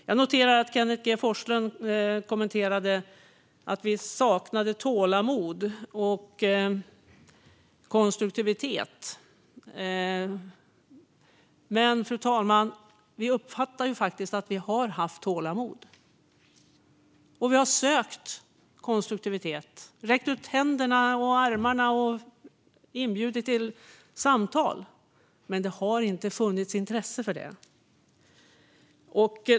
Jag noterar att Kenneth G Forslund kommenterade det med att vi saknade tålamod och konstruktivitet. Men, fru talman, vi uppfattar faktiskt att vi har haft tålamod. Vi har också sökt konstruktivitet, räckt ut händer och armar och inbjudit till samtal. Men det har inte funnits intresse för det.